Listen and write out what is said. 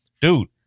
dude